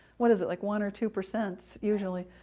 what is it like one or two percent, usually.